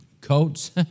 coats